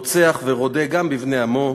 רוצח ורודה גם בבני עמו.